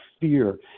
fear